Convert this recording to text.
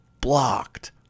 blocked